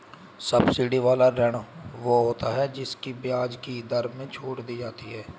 subsidy वाला ऋण वो होता है जिसकी ब्याज की दर में छूट दी जाती है